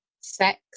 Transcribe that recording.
sex